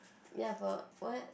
ya for what